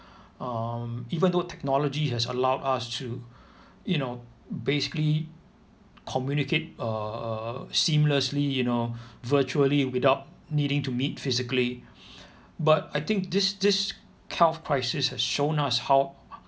um even though technology has allowed us to you know basically communicate err seamlessly you know virtually without needing to meet physically but I think this this health crisis has shown us how